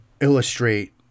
illustrate